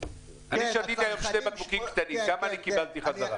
שתיתי היום שני בקבוקים קטנים, כמה קיבלתי חזרה?